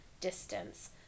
distance